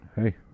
hey